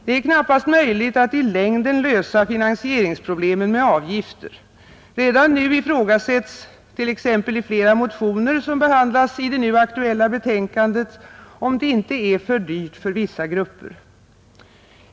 Det är knappast möjligt att i längden lösa finansieringsproblemen med avgifter — redan nu ifrågasätts, t.ex. i flera motioner som behandlas i det nu aktuella betänkandet, om det inte är för dyrt för vissa grupper.